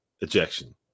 ejection